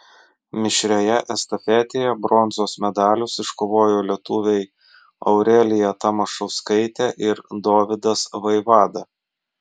mišrioje estafetėje bronzos medalius iškovojo lietuviai aurelija tamašauskaitė ir dovydas vaivada